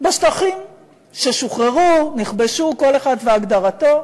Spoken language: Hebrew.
בשטחים ששוחררו, נכבשו, כל אחד והגדרתו,